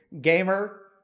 Gamer